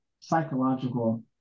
Psychological